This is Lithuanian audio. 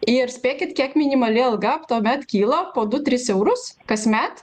ir spėkit kiek minimali alga tuomet kyla po du tris eurus kasmet